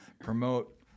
promote